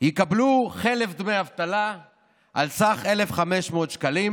יקבלו חלף דמי אבטלה על סך 1,500 שקלים